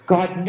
God